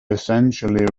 essentially